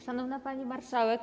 Szanowna Pani Marszałek!